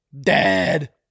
Dead